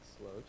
slow